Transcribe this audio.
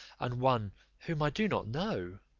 and one whom i do not know?